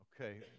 okay